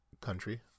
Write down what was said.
country